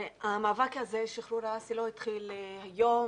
המאבק הזה על שחרור האסי לא התחיל היום,